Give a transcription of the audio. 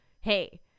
hey